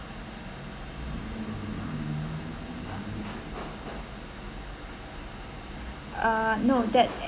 uh no that